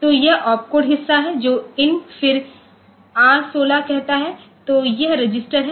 तो यह opcode हिस्सा है जो IN फिर R16 कहता हैं तो यह रजिस्टर है